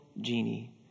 genie